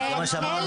וכל מה שאמרנו,